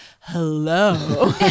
Hello